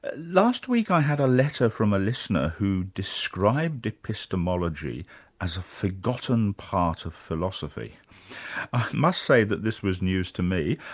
last week i had a letter from a listener who described epistemology as a forgotten part of philosophy. i must say that this was news to me,